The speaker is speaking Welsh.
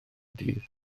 dydd